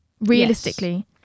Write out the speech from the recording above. realistically